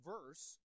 verse